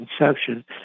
inception